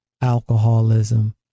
alcoholism